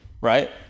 right